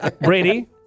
Brady